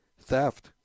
Theft